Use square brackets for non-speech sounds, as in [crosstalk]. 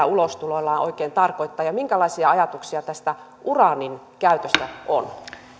[unintelligible] ulostuloillaan oikein tarkoittaa ja minkälaisia ajatuksia tästä uraanin käytöstä on